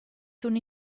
sun